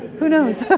who knows?